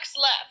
left